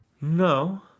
No